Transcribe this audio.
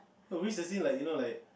oh risk as in like you know like